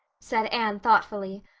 said anne thoughtfully,